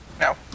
No